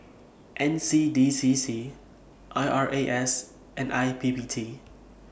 N C D C C I R A S and I P P T